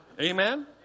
Amen